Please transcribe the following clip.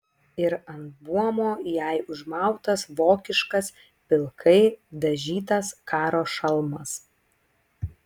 ir ant buomo jai užmautas vokiškas pilkai dažytas karo šalmas